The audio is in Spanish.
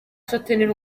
sostener